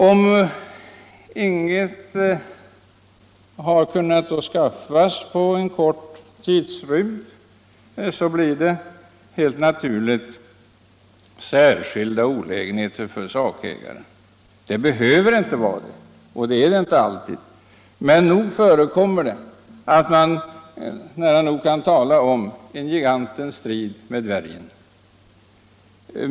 Om sakägaren då inte har kunnat skaffa något likvärdigt inom en kort tidsrymd uppstår helt naturligt särskilda olägenheter för honom. Det behöver inte göra det, och det gör det inte alltid. Men nog förekommer det något som man nära nog skulle kunna kalla en gigantens strid med dvärgen.